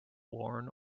worn